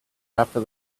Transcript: after